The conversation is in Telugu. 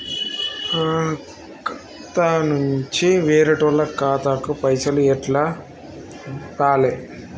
నా ఖాతా నుంచి వేరేటోళ్ల ఖాతాకు పైసలు ఎట్ల పంపాలే?